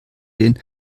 den